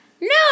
No